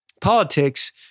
Politics